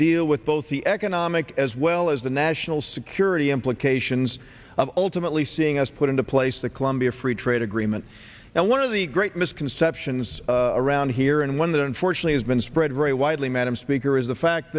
deal with both the economic as well as the national security implications of ultimately seeing us put into place the colombia free trade agreement and one of the great misconceptions around here and one that unfortunate has been spread very widely madam speaker is the fact